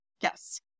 Yes